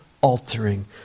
altering